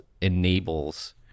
enables